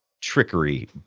trickery